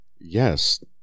Yes